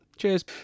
Cheers